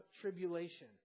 tribulation